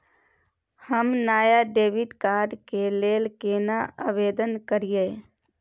हम नया debit card के लेल केना आवेदन करियै?